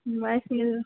wife के लिए तो